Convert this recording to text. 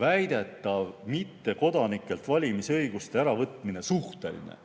väidetav mittekodanikelt valimisõiguste äravõtmine suhteline.